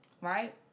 Right